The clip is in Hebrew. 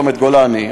צומת גולני.